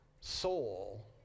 soul